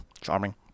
charming